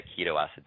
ketoacidosis